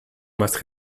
must